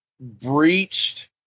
breached